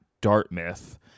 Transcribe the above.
Dartmouth